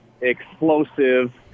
explosive